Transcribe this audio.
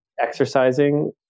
exercising